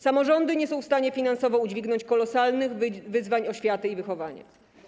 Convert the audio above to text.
Samorządy nie są w stanie finansowo udźwignąć kolosalnych wyzwań oświaty i wychowania.